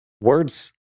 words